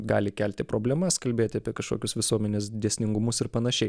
gali kelti problemas kalbėti apie kažkokius visuomenės dėsningumus ir panašiai